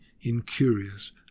incurious